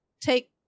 take